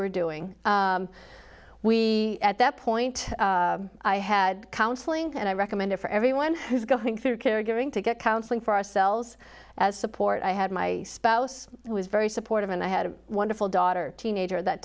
were doing we at that point i had counselling and i recommend it for everyone who's going through caregiving to get counselling for ourselves as support i had my spouse was very supportive and i had a wonderful daughter teenager that